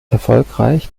erfolgreich